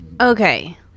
Okay